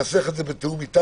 ננסח את זה בתיאום אתך.